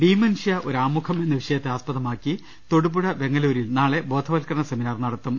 dementia ഒരു ആമുഖം എന്ന വിഷയത്തെ ആസ്പദമാക്കി തൊടുപുഴ വെങ്ങലൂരിൽ നാളെ ബോധവത്ക്കരണ സെമിനാർ നട ത്തും